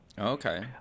okay